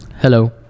Hello